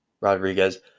Rodriguez